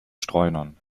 streunern